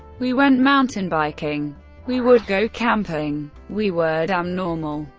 we went mountain biking we would go camping. we were damn normal.